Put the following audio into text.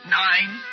nine